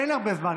אין הרבה זמן.